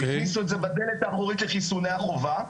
הכניסו את זה בדלת האחורית של חיסוני החובה,